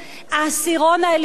העשירון העליון,